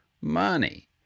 money